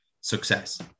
success